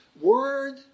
word